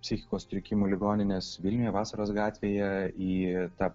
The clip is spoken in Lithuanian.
psichikos sutrikimų ligoninės vilniuje vasaros gatvėje į tą